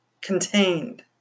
contained